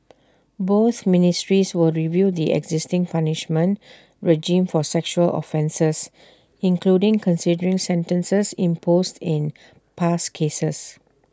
both ministries will review the existing punishment regime for sexual offences including considering sentences imposed in past cases